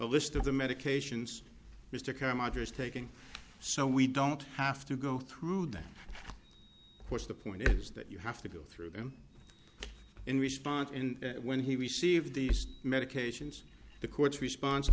list of the medications mr karr matters taking so we don't have to go through that what's the point is that you have to go through them in response and when he received these medications the courts response to